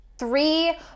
Three